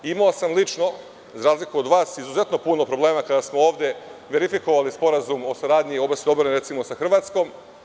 Imao sam lično, za razliku od vas, izuzetno puno problema kada smo ovde verifikovali sporazum o saradnji u oblasti odbrane sa Hrvatskom.